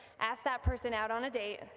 ask that person out on a date,